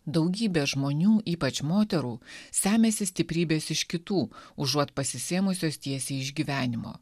daugybė žmonių ypač moterų semiasi stiprybės iš kitų užuot pasisėmusios tiesiai iš gyvenimo